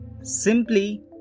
Simply